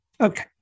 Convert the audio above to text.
Okay